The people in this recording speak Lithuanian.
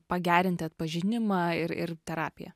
pagerinti atpažinimą ir ir terapiją